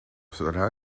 cela